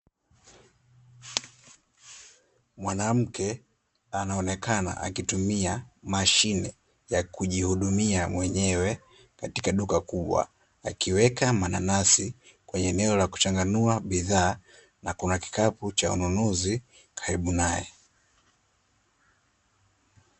Mwanamke, anaonekana akitumia mashine ya kujihudumia mwenyewe katika duka kubwa, akiweka mananasi kwenye eneo la kuchanganua bidhaa na kuna kikapu cha ununuzi karibu naye.